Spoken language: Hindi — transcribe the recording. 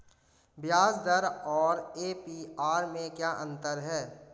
ब्याज दर और ए.पी.आर में क्या अंतर है?